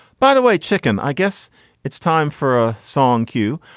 by the way. chicken. i guess it's time for a song cue.